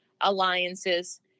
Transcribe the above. alliances